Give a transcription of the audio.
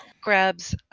Grabs